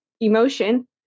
emotion